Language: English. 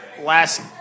last